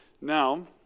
Now